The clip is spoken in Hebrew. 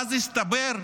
ואז הסתבר,